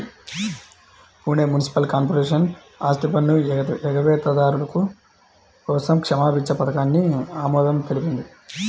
Pune municipal corporation ఆస్తిపన్ను ఎగవేతదారుల కోసం క్షమాభిక్ష పథకానికి ఆమోదం తెలిపింది